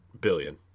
billion